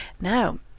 Now